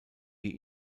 die